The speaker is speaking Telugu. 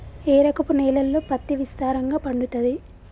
ఏ రకపు నేలల్లో పత్తి విస్తారంగా పండుతది?